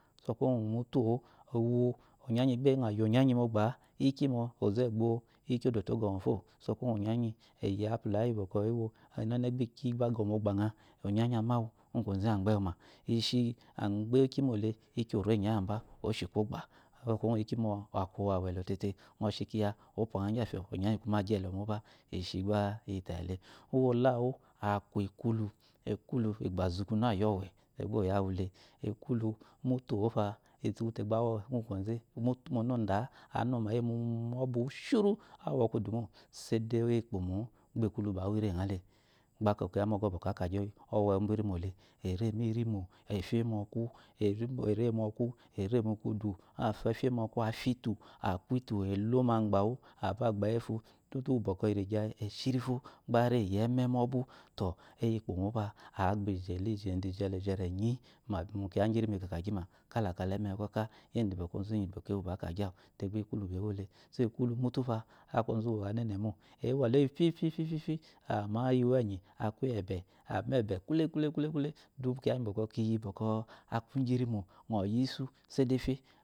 Sokuwu mutu o-o uwu onyanyi bbu yɔyi onyanyi mogba a-a ikyi əɔ ozɛgbo, ikyi odute ogɔmɔmɔ fo sɔkuwo ngu onyanyi eyi apula iyi bɔɔ ewo ɔnɛnɛ gbi ikyi gba agɔ mogba əa onyanyi amawu ugwu kwoze agbewuma ishi agbɛ ikyi mole te orenya iyaba oshi kwogba sɔkuwo ngu ikyi ma aku awelɔ tete dɔ shi kiya opyaəa gyi afyi onyanyi kuma agyi ɛlɔ moba ishi gba iyi tayile uwula wu aku ekulu igbazugu nayɛwɛ dɛ gba oyɛwule mutu o-ofa gba awi bga kwozɛ monoda- anma eyi mɔba wu shuru, awokudu mo. sede eyi ikpomo gba ekulu awɔ irimo aale gba aka moyɔwugba əa. kagyi ɔwe burimo le ere mirimo efye mɔku ere mɔku ere mukudu afye mɔku afiya itu aku itu alo magba wu aba bgayi etu tutu uwu bɔkɔ erigye eshirifu gba ari eyi ɛmɛ mɔbu tɔ eyi ikpomo-o pa aba iyela yedo iqyela igyerenyi ngau kiya ngi rimo ikagyi ma kala ka leme hu kaku yede bɔkɔ ozu inyigyi boko ewo bakagyi awu gba ekulu be wule so ekulu mutu pa aku oluwu gba anene me əale eyi fyi-fyi ama eyiwu enyi aku eyi ebɛ ambɛ kule kule du kiya ngi bɔkɔ riyi bɔkɔ aku ngiriimo əiy isu sese efye,